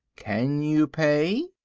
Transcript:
can you pay?